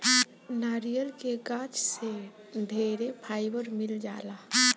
नारियल के गाछ से ढेरे फाइबर मिल जाला